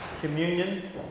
Communion